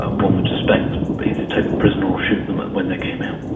ah one would suspect, either take them prisoner or shoot them when they came out.